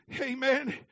amen